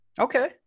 Okay